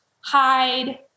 hide